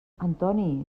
antoni